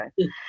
okay